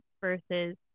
versus